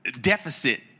deficit